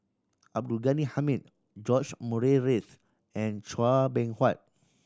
Abdul Ghani Hamid George Murray Reith and Chua Beng Huat